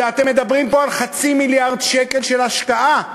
ואתם מדברים פה על חצי מיליארד שקל של השקעה,